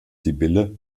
sibylle